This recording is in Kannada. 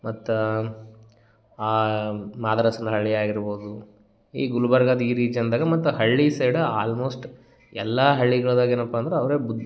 ಮತ್ತು ಆ ಮಾದರಸನಹಳ್ಳಿ ಆಗಿರ್ಬೋದು ಈ ಗುಲ್ಬರ್ಗದು ಈ ರೀಜನ್ದಾಗ ಮತ್ತು ಹಳ್ಳಿ ಸೈಡ ಆಲ್ಮೋಸ್ಟ್ ಎಲ್ಲಾ ಹಳ್ಳಿಗಳ್ದಾಗೆ ಏನಪ್ಪ ಅಂದ್ರೆ ಅವರೇ ಬುದ್